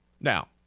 Now